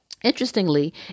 Interestingly